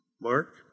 Mark